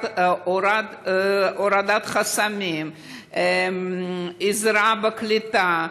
הורדת חסמים, עזרה בקליטה,